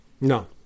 no